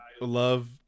love